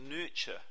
nurture